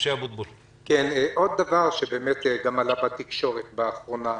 עוד דבר שעלה גם בתקשורת באחרונה: